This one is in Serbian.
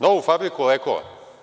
Novu fabriku lekova.